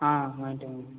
ஆ மாட்டேன் மேம்